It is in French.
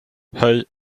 hey